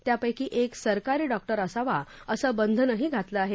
त्यांपैकी एक सरकारी डॉक्टर असावा असं बंधनही घातलं आहे